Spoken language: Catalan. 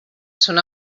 son